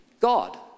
God